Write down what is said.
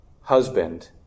husband